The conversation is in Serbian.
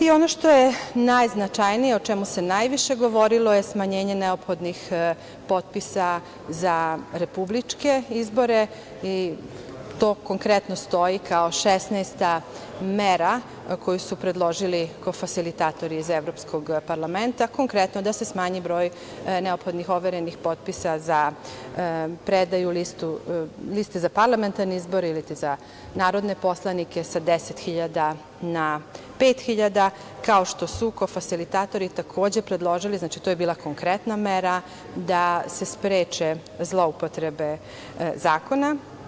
Ono što je najznačajnije, o čemu se najviše govorile, to je smanjenje neophodnih potpisa za republičke izbore, i to konkretno stoji kao 16. mera koju su predložili kofasilitatori iz Evropskog parlamenta, konkretno da se smanji broj neophodnih overenih potpisa za predaju liste za parlamentarne izbore iliti za narodne poslanike sa 10 hiljada na pet hiljada, kao što su kofasilitatori takođe predložili, znači to je bila konkretna mera, da se spreče zloupotrebe zakona.